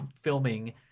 filming